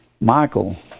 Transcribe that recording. michael